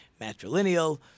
matrilineal